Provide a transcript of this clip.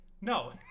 No